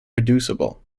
reducible